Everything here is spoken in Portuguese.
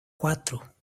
quatro